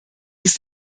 ist